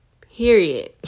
Period